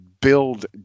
Build